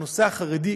והנושא החרדי,